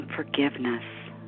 Forgiveness